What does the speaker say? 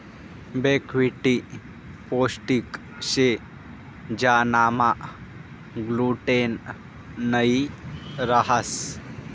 buckwheat पोष्टिक शे ज्यानामा ग्लूटेन नयी रहास